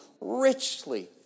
richly